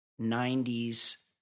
90s